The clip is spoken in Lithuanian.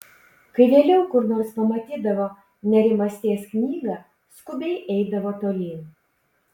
kai vėliau kur nors pamatydavo nerimasties knygą skubiai eidavo tolyn